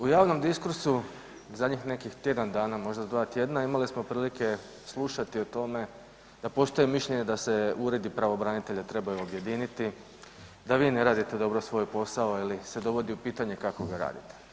U javnom diskursu u zadnjih nekih tjedan dana, možda dva tjedna, imali smo prilike slušati o tome da postoji mišljenje da se uredi pravobranitelja trebaju objediniti, da vi ne radite dobro svoj posao ili se dovodi u pitanje kako ga radite.